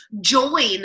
join